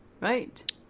Right